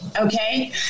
Okay